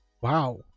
wow